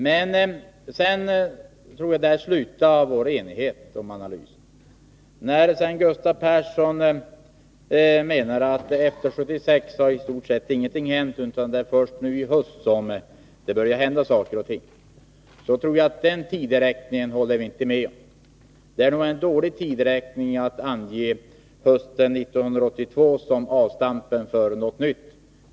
Men där slutar vår enighet om analysen. Gustav Persson sade nämligen sedan att efter 1976 har i stort sett ingenting hänt, utan först nu i höst börjar saker och ting hända. Att den tideräkningen är den riktiga håller vi inte med om. Man kan nog inte räkna hösten 1982 som ett avstamp för någonting nytt.